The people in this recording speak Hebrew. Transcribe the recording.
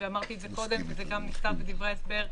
הנסיבות האלה כנראה באמת מאוד מאוד חריגות,